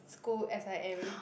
school s_i_m